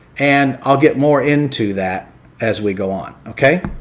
and i'll get more into that as we go on, okay?